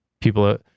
People